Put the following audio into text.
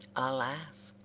alas!